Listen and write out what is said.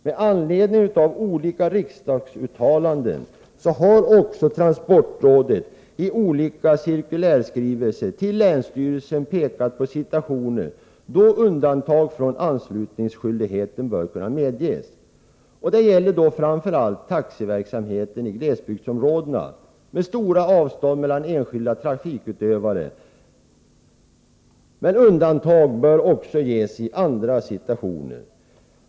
Med anledning av olika riksdagsuttalanden har också transportrådet i olika cirkulärskrivelser till länsstyrelser pekat på situationer då undantag från anslutningsskyldigheten bör kunna medges. Det gäller då framför allt taxiverksamheten i glesbygdsområden, med stora avstånd mellan enskilda trafikutövare. Men undantag bör kunna ges också i andra situationer.